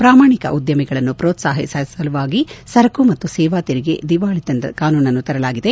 ಪ್ರಾಮಾಣಿಕ ಉದ್ಲಮಿಗಳನ್ನು ಪ್ರೋತ್ಸಾಹಿಸುವ ಸಲುವಾಗಿ ಸರಕು ಮತ್ತು ಸೇವಾ ತೆರಿಗೆ ದಿವಾಳಿತನದ ಕಾನೂನನ್ನು ತರಲಾಗಿದೆ